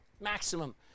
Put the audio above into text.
maximum